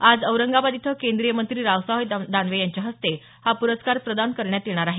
आज औरंगाबाद इथं केंद्रीय मंत्री रावसाहेब दानवे यांच्या हस्ते हा प्रस्कार प्रदान करण्यात येणार आहे